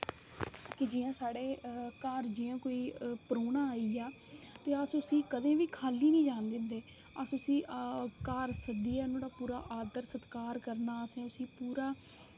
कि जि'यां साढ़े घर जि'यां कोई परौह्ना आई गेआ ते अस उसी कदें बी खाल्ली निं जान दिंदे ते अस उसी घर सद्दियै नुहाड़ा पूरा आदर सत्कार करना असें उसी पूरा